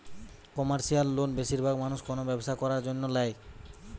commercial loan বেশিরভাগ মানুষ কোনো ব্যবসা করার জন্য ল্যায়